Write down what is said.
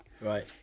Right